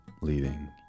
leaving